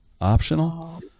optional